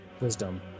wisdom